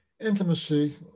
intimacy